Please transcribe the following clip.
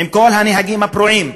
עם כל הנהגים הפרועים,